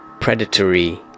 predatory